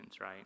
right